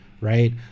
right